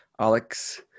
Alex